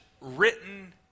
written